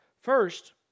First